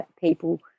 people